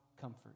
comfort